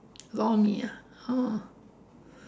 lor-mee ah oh